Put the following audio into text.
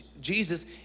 Jesus